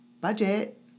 budget